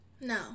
no